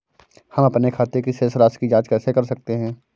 हम अपने खाते की राशि की जाँच कैसे कर सकते हैं?